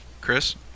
Chris